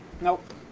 Nope